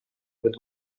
with